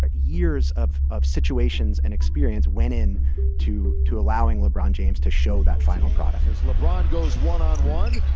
but years of of situations and experience, went in to to allowing lebron james to show that final product as lebron goes one on one